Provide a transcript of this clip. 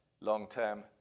long-term